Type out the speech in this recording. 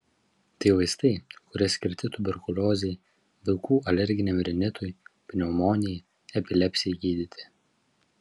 tai vaistai kurie skirti tuberkuliozei vaikų alerginiam rinitui pneumonijai epilepsijai gydyti